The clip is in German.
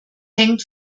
hängt